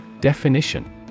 Definition